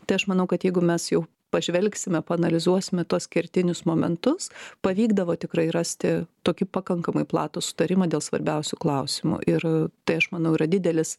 tai aš manau kad jeigu mes jau pažvelgsime paanalizuosime tuos kertinius momentus pavykdavo tikrai rasti tokį pakankamai platų sutarimą dėl svarbiausių klausimų ir tai aš manau yra didelis